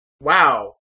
wow